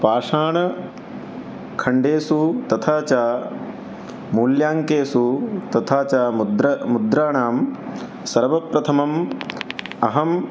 पाषाणखण्डेषु तथा च मूल्याङ्केषु तथा च मुद्र मुद्राणां सर्वप्रथमम् अहं